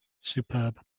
Superb